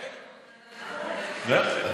כן.